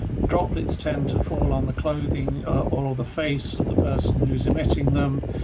droplets tend to fall on the clothing or the face of the person who's emitting them.